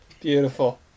beautiful